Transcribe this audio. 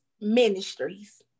Ministries